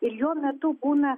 ir jo metu būna